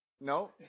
No